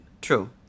True